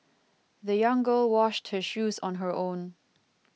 the young girl washed her shoes on her own